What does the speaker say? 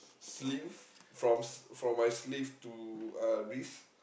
sleeve from s~ from my sleeve to uh wrist